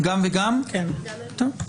טוב,